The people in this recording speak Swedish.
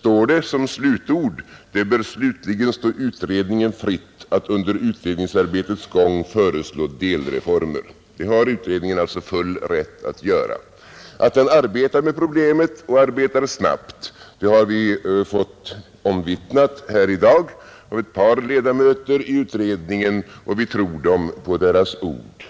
står det som slutord: ”Det bör slutligen stå utredningen fritt att under utredningsarbetets gång föreslå delreformer.” Att utredningen arbetar med problemet — och arbetar snabbt — har vi fått omvittnat här i dag av ett par ledamöter i utredningen, och vi tror dem på deras ord.